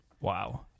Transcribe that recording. Wow